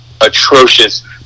Atrocious